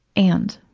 and,